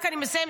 רק אני מסיימת,